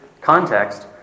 context